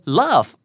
love